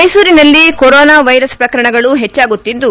ಮೈಸೂರಿನಲ್ಲಿ corona virus ಪ್ರಕರಣಗಳು ಹೆಚ್ಚಾಗುತ್ತಿದ್ದು